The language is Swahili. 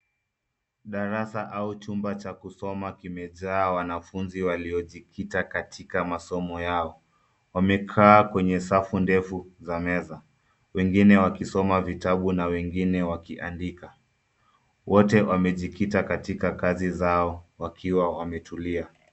Darasa au chumba cha kusoma kimejaa wanafunzi waliojikita katika masomo yao. Wamekaa kwenye safu ndefu za meza wengine wakisoma vitabu na wengine wakiandika. Wote wamejikita katika kazi zao wakiwa wametulia.